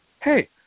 hey